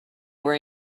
were